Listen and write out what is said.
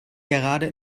gerade